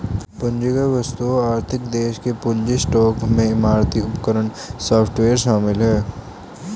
पूंजीगत वस्तुओं आर्थिक देश के पूंजी स्टॉक में इमारतें उपकरण सॉफ्टवेयर शामिल हैं